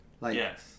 Yes